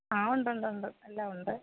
ആ ഉണ്ടുണ്ടുണ്ട് എല്ലാം ഉണ്ട്